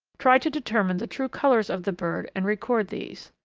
try to determine the true colours of the birds and record these.